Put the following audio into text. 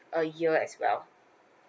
a year as well